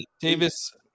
davis